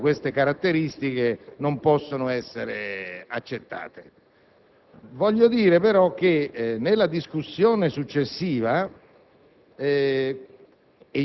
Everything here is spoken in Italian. norme che presentano queste caratteristiche non possono essere accettate. Voglio dire però, rispetto alla discussione successiva,